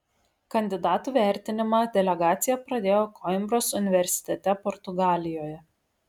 kandidatų vertinimą delegacija pradėjo koimbros universitete portugalijoje